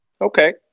Okay